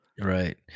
Right